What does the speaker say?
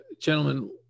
gentlemen